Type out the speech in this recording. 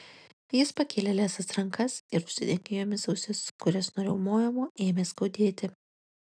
jis pakėlė liesas rankas ir užsidengė jomis ausis kurias nuo riaumojimo ėmė skaudėti